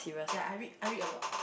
ya I read I read a lot